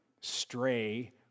stray